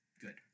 Good